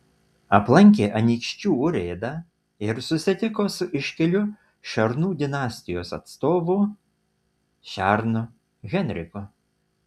aplankė anykščių urėdą ir susitiko su iškiliu šernų dinastijos atstovu šernu henriku